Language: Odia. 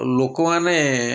ଲୋକମାନେ